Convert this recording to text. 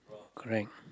correct